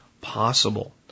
possible